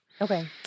Okay